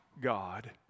God